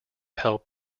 help